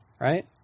right